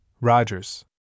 Rogers